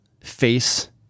face